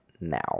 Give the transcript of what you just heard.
now